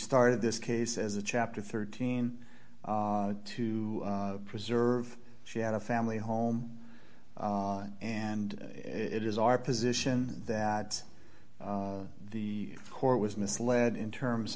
started this case as a chapter thirteen to preserve she had a family home and it is our position that the court was misled in terms